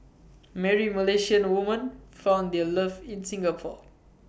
many Malaysian woman found their love in Singapore